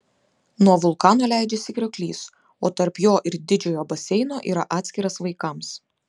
nuo vulkano leidžiasi krioklys o tarp jo ir didžiojo baseino yra atskiras vaikams